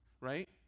right